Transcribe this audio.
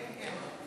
כן, כן.